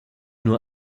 nur